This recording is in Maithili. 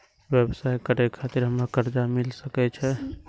व्यवसाय करे खातिर हमरा कर्जा मिल सके छे?